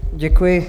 Děkuji.